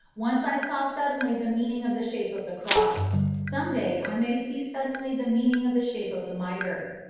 once i saw suddenly the meaning of the shape of the cross some day i may see suddenly the meaning of the shape of the mitre.